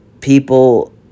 people